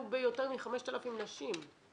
ביותר מ-5,000 נשים.